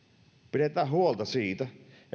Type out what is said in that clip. pidetään huolta siitä